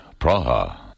Praha